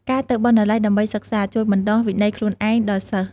ការទៅបណ្ណាល័យដើម្បីសិក្សា ជួយបណ្ដុះ វិន័យខ្លួនឯង ដល់សិស្ស។